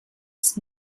ist